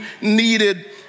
needed